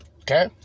Okay